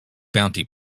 bounty